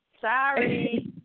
Sorry